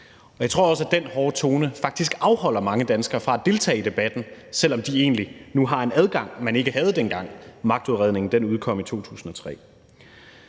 Og jeg tror også, at den hårde tone faktisk afholder mange danskere fra at deltage i debatten, selv om de egentlig nu har en adgang, man ikke havde, dengang magtudredningen udkom i 2003.